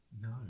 No